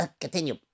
continue